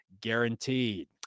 guaranteed